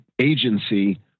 agency